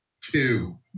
two